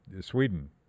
Sweden